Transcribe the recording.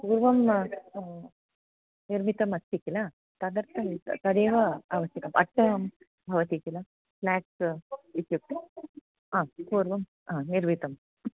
पूर्वं निर्मितमस्ति किल तदर्थं तदेव आवश्यकम् अष्टं भवति किल स्नाक्स् इत्युक्ते आम् पूर्वं हा निर्मितम्